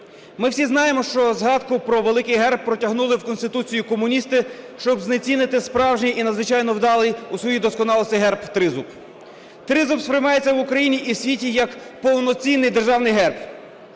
Ми всі знаємо, що згадку про великий герб протягнули в Конституцію комуністи, щоб знецінити справжній і надзвичайно вдалий у своїй досконалості герб – Тризуб. Тризуб сприймається в Україні і світі як повноцінний державний герб